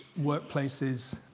workplaces